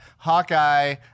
Hawkeye